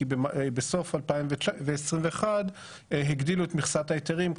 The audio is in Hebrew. כי בסוף 2021 הגדילו את מכסת ההיתרים,